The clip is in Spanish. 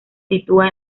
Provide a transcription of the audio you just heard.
sitúa